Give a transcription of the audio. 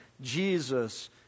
Jesus